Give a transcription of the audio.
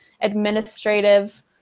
administrative